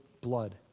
blood